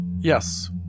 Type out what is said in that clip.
Yes